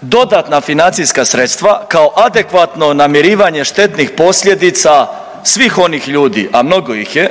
dodatna financijska sredstva kao adekvatno namirivanje štetnih posljedica svih onih ljudi, a mnogo ih je